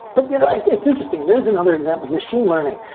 but yeah like it's interesting. there's another example, machine learning.